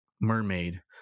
mermaid